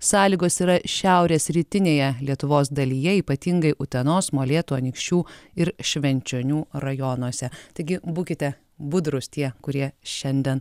sąlygos yra šiaurės rytinėje lietuvos dalyje ypatingai utenos molėtų anykščių ir švenčionių rajonuose taigi būkite budrūs tie kurie šiandien